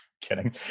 Kidding